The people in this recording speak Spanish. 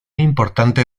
importante